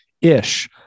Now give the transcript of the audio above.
ish